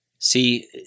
See